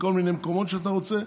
בכל מיני מקומות שאתה רוצה,